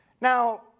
Now